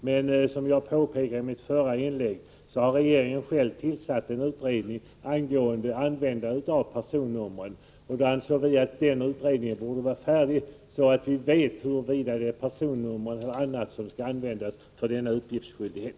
Men som jag påpekade i mitt förra inlägg har regeringen själv tillsatt en utredning angående användning av personnummer. Vi anser att den utredningen borde vara färdig först så att vi vet huruvida det är personnumren eller någonting annat som skall användas för denna uppgiftsskyldighet.